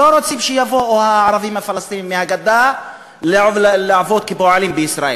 לא רוצים שיבואו הערבים הפלסטינים מהגדה לעבוד כפועלים בישראל,